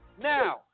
Now